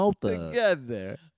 Together